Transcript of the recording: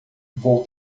vou